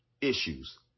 issues